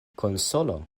konsolo